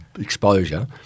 exposure